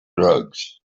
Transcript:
drugs